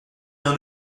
rien